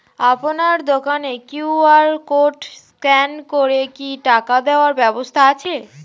আপনার দোকানে QR code scan করে কি টাকা দেওয়ার ব্যবস্থা আছে?